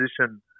position